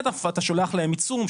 אתה שולח להם עיצום,